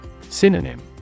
Synonym